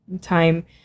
time